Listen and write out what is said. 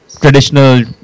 traditional